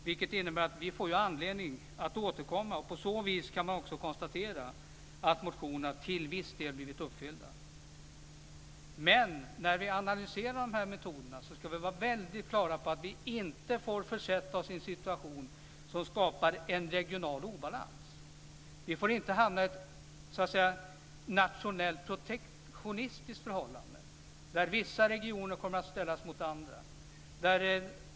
Det innebär att vi får anledning att återkomma. På så vis kan man också konstatera att motionerna till viss del blivit uppfyllda. När vi analyserar metoderna måste vi vara mycket klara över att vi inte får försätta oss i en situation som skapar en regional obalans. Vi får inte hamna i ett nationellt protektionistiskt förhållande där vissa regioner kommer att ställas mot andra.